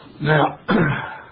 Now